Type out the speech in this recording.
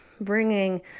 bringing